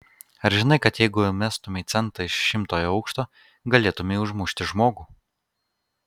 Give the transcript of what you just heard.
ar žinai kad jeigu mestumei centą iš šimtojo aukšto galėtumei užmušti žmogų